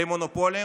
למונופולים,